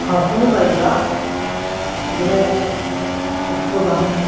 फास्स'नि बायोब्ला बिदिनो एक्स' गाहाम